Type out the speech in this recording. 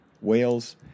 Wales